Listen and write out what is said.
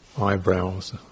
eyebrows